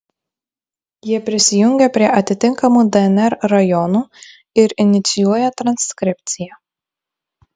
jie prisijungia prie atitinkamų dnr rajonų ir inicijuoja transkripciją